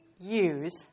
Use